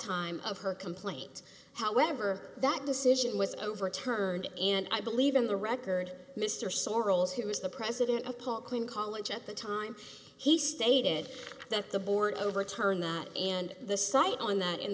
time of her complaint however that decision was overturned and i believe in the record mr sorrels who was the president of paul quinn college at the time he stated that the board overturned that and the site on that in